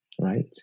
Right